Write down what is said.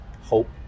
hope